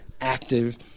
active